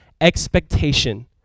expectation